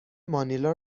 مانیلا